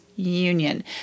union